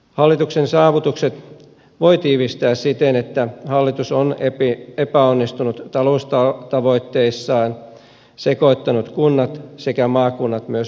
hallituksen saavutukset voi tiivistää siten että hallitus on epäonnistunut taloustavoitteissaan ja sekoittanut kunnat sekä maakunnat uudistuksillaan